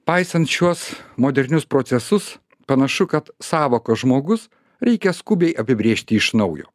paisant šiuos modernius procesus panašu kad sąvoką žmogus reikia skubiai apibrėžti iš naujo